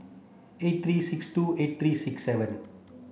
eight three six two eight three six seven